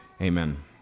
amen